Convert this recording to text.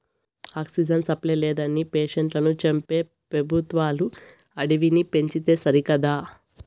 oxygen supply లేదని పేషెంట్లను చంపే పెబుత్వాలు అడవిని పెంచితే సరికదా